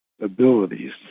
abilities